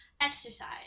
exercise